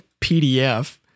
PDF